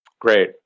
Great